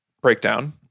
breakdown